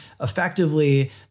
effectively